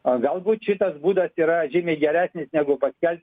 o galbūt šitas būdas yra žymiai geresnis negu paskelbt